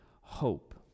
hope